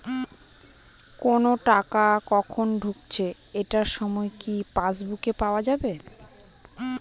কোনো টাকা কখন ঢুকেছে এটার সময় কি পাসবুকে পাওয়া যাবে?